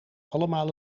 allemaal